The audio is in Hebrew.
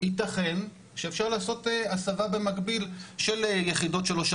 יתכן שאפשר לעשות הסבה במקביל של יחידות 3,